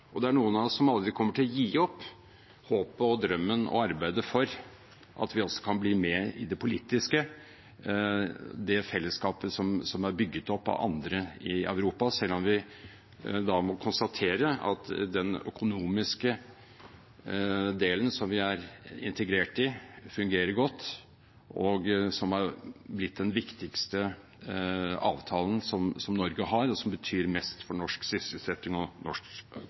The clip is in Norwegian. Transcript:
Europa. Det er noen av oss som aldri kommer til å gi opp håpet om, drømmen om og arbeidet for at vi også kan bli med i det politiske fellesskapet som er bygget opp av andre i Europa, selv om vi må konstatere at den økonomiske delen som vi er integrert i, fungerer godt og er blitt den viktigste avtalen Norge har, og som betyr mest for norsk sysselsetting og